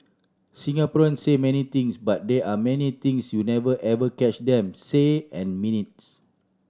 Singaporeans say many things but there are many things you never ever catch them say and mean its